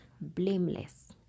blameless